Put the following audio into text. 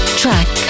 track